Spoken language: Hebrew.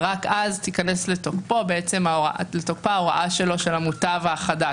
ורק אז תיכנס לתוקפה ההוראה שלו של המוטב החדש,